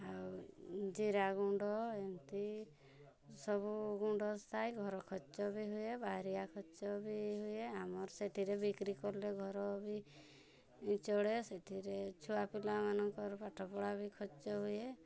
ଆଉ ଜିରାଗୁଣ୍ଡ ଏମିତି ସବୁ ଗୁଣ୍ଡ ଥାଏ ଘର ଖର୍ଚ୍ଚ ବି ହୁଏ ବାହାରିଆ ଖର୍ଚ୍ଚ ବି ହୁଏ ଆମର ସେଥିରେ ବିକ୍ରି କଲେ ଘର ବି ଚଳେ ସେଥିରେ ଛୁଆପିଲାମାନଙ୍କର ପାଠପଢ଼ା ବି ଖର୍ଚ୍ଚ ହୁଏ